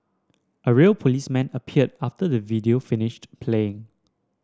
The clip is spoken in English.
a real policeman appeared after the video finished playing